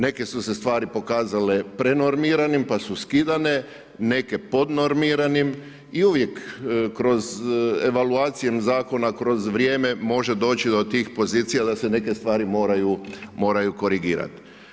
Neke su se stvari pokazale prenormiranim pa su skidane, neke podnormiranim i uvijek kroz evaluacije zakona, kroz vrijeme, može doći do tih pozicija da se neke stvari moraju korigirat.